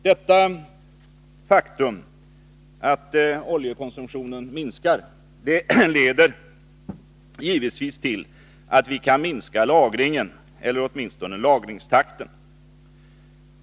Detta faktum — att oljekonsumtionen minskar — bör leda till att vi kan minska lagringen eller åtminstone lagringstakten.